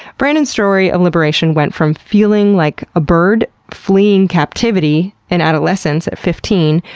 brandon's story of liberation went from feeling like a bird fleeing captivity in adolescence at fifteen,